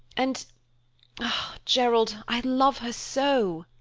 and ah, gerald, i love her so!